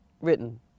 written